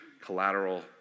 collateral